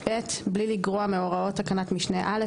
(ב) בלי לגרוע מהוראות בתקנת משנה (א),